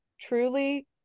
Truly